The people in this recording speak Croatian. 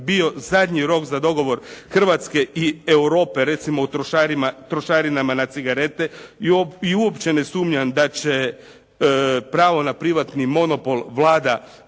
bio zadnji rok za dogovor Hrvatske i Europe recimo o trošarinama na cigarete i uopće ne sumnjam da će pravo na privatni monopol Vlada